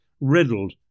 riddled